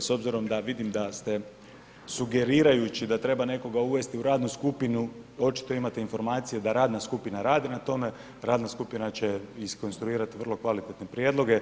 S obzirom da vidim da ste sugerirajući da treba nekoga uvesti u radnu skupinu, očito imate informacije da radna skupina radi na tome, radna skupina će iskonstruirati vrlo kvalitetne prijedloge,